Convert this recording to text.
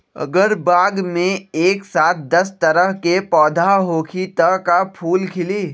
अगर बाग मे एक साथ दस तरह के पौधा होखि त का फुल खिली?